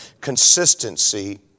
consistency